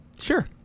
Sure